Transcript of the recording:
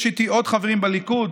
יש איתי עוד חברים בליכוד: